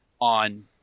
on